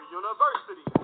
university